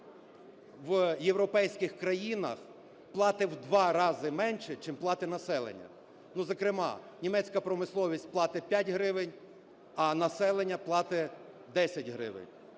в європейських країнах платить у два рази менше, чим платить населення, ну, зокрема, німецька промисловість платить 5 гривень, а населення платить 10 гривень.